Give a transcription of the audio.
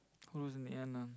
who lose in the end ah